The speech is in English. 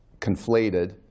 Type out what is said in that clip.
conflated